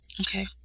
Okay